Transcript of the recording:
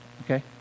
Okay